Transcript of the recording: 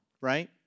right